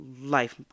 life